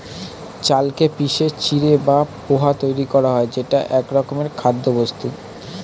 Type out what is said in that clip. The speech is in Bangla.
চালকে পিষে চিঁড়ে বা পোহা তৈরি করা হয় যেটা একরকমের খাদ্যবস্তু